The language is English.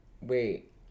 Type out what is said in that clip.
Wait